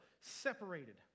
Separated